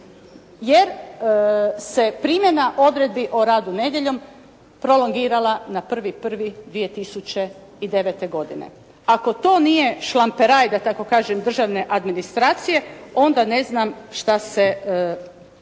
jer se primjena odredbi o radu nedjeljom, prolongirala na 1. 1. 2009. godine. Ako to nije šlamperaj, da tako kažem državne administracije, onda ne znam šta se još